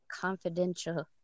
confidential